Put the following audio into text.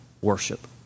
Worship